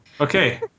Okay